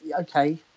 okay